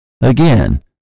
Again